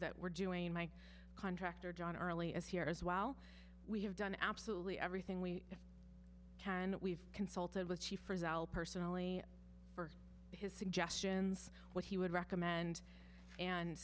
that we're doing my contractor john early is here as well we have done absolutely everything we can and we've consulted with chief personally for his suggestions what he would recommend and